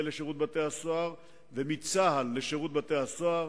לשירות בתי-הסוהר ומצה"ל לשירות בתי-הסוהר,